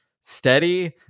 steady